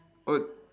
oh